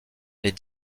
les